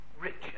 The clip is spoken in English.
Richard